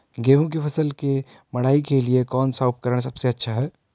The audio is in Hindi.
गेहूँ की फसल की मड़ाई के लिए कौन सा उपकरण सबसे अच्छा है?